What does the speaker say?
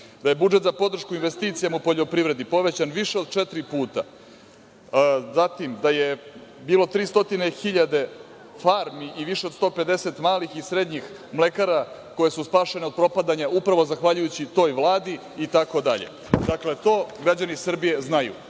Da je budžet za podršku investicijama u poljoprivredi povećan više od četiri puta, zatim, da je bilo 300.000 farmi i više od 150 malih i srednjih mlekara koje su spašene od propadanja upravo zahvaljujući toj Vladi itd. Dakle, to građani Srbije znaju,